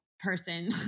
person